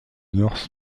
north